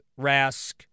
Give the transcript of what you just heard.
Rask